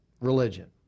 religion